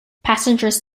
passengers